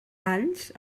alls